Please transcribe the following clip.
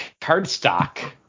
cardstock